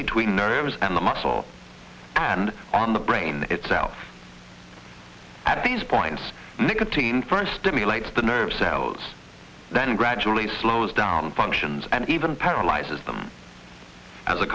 between nerves and the muscle and on the brain itself at these points the nicotine first stimulates the nerve cells then gradually slows down functions and even paralyzes them as a